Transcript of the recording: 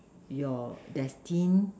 your destined